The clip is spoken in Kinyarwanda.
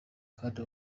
kandi